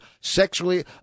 sexually